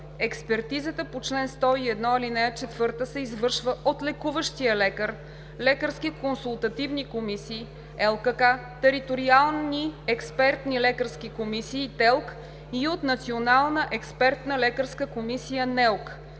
Експертизата по чл. 101, ал. 4, се извършва от лекуващия лекар, лекарски консултативни комисии (ЛКК), териториални експертни лекарски комисии (ТЕЛК) и от Национална експертна лекарска комисия (НЕЛК).